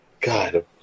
god